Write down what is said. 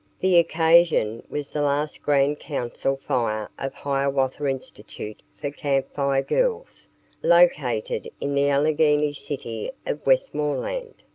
the occasion was the last grand council fire of hiawatha institute for camp fire girls located in the allegheny city of westmoreland.